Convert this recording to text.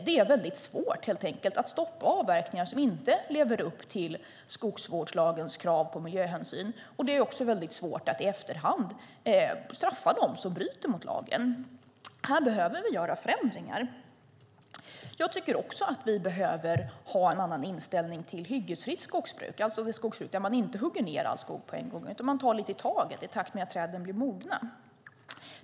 Det är helt enkelt svårt att stoppa avverkningar som inte lever upp till skogsvårdslagens krav på miljöhänsyn. Det är också svårt att i efterhand straffa dem som bryter mot lagen. Här behöver vi göra förändringar. Vi behöver också ha en annan inställning till hyggesfritt skogsbruk, alltså skogsbruk där man inte hugger ned all skog på en gång utan lite i taget, i takt med att träden blir mogna.